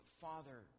Father